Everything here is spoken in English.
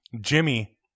Jimmy